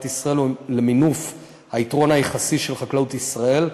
ישראל ולמינוף היתרון היחסי של חקלאות ישראל,